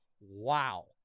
Wow